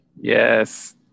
Yes